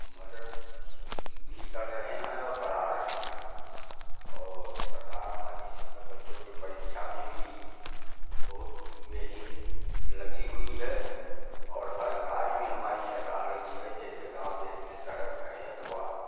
मदद भी कर रहे हैं और करा रहे हैं और सरकार हमारी इस समय बच्चों के परीक्षा में भी बहुत बेहीन लगी हुई है और हर कार्य में हमारी सरकार लगी है जैसे गाँव देश में सड़क हैं अथवा